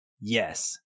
yes